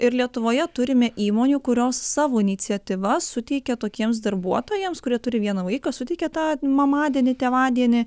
ir lietuvoje turime įmonių kurios savo iniciatyva suteikia tokiems darbuotojams kurie turi vieną vaiką suteikia tą mamadienį tėvadienį